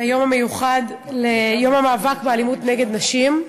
היום המיוחד, יום המאבק באלימות נגד נשים.